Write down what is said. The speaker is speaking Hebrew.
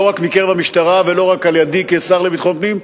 לא רק מקרב המשטרה ולא רק על-ידי כשר לביטחון פנים,